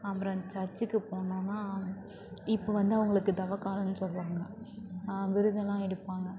அப்புறம் சர்ச்சுக்கு போனோன்னால் இப்போ வந்து அவங்களுக்கு தவக்காலன்னு சொல்லுவாங்க விரதம்லாம் எடுப்பாங்க